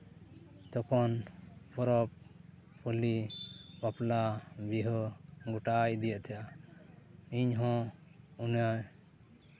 ᱛᱚᱠᱷᱚᱱ ᱯᱚᱨᱚᱵᱽ ᱯᱟᱹᱞᱤ ᱵᱟᱯᱞᱟ ᱵᱤᱦᱟᱹ ᱜᱳᱴᱟᱭ ᱤᱫᱤᱭᱮᱜ ᱛᱟᱦᱮᱸᱜᱼᱟ ᱤᱧᱦᱚᱸ ᱚᱱᱟ